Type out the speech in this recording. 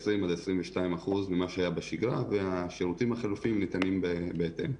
ב-20%-22% ממה שהיה בשגרה והשירותים החלופיים ניתנים בהתאם.